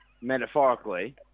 Metaphorically